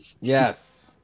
Yes